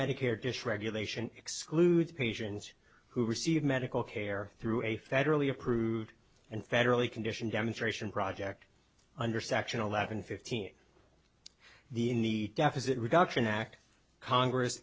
medicare dish regulation excludes patients who receive medical care through a federally approved and federally conditioned demonstration project under section eleven fifteen the in the deficit reduction act congress